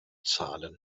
zahlen